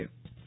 Ashutosh Antani